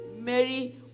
Mary